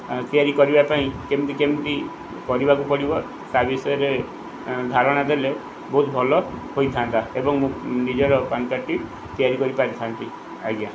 ତିଆରି କରିବା ପାଇଁ କେମିତି କେମିତି କରିବାକୁ ପଡ଼ିବ ତା' ବିଷୟରେ ଧାରଣା ଦେଲେ ବହୁତ ଭଲ ହୋଇଥାନ୍ତା ଏବଂ ମୁଁ ନିଜର ପାନ୍ କାର୍ଡ଼ଟି ତିଆରି କରିପାରିଥାନ୍ତି ଆଜ୍ଞା